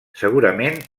segurament